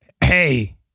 hey